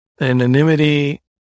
anonymity